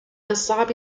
الصعب